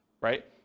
right